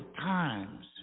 times